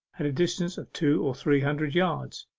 at a distance of two or three hundred yards.